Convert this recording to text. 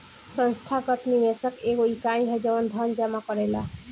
संस्थागत निवेशक एगो इकाई ह जवन धन जामा करेला